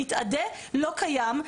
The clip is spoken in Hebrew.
מתאדה לא קיים,